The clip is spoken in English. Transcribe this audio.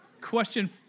Question